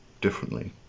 differently